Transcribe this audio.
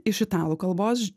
iš italų kalbos